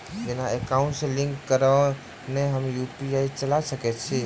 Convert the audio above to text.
बिना एकाउंट सँ लिंक करौने हम यु.पी.आई चला सकैत छी?